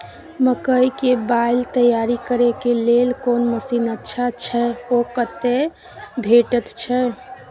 मकई के बाईल तैयारी करे के लेल कोन मसीन अच्छा छै ओ कतय भेटय छै